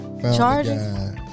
Charges